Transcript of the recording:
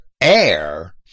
air